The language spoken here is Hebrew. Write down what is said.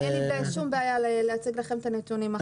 אבל אין לי שום בעיה להציג לכם את הנתונים אחר כך.